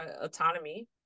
autonomy